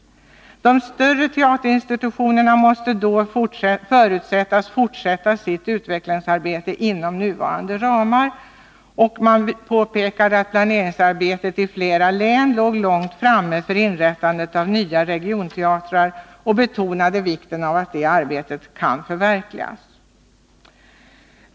De större teaterinstitutionerna måste då förutsättas fortsätta sitt utvecklingsarbete inom nuvarande ramar.” Socialdemokraterna påpekade vidare att planeringsarbetet för inrättandet av nya regionteatrar låg långt framme i flera län, och de betonade vikten av att arbetet kunde förverkligas.